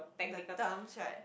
the terms right